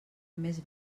més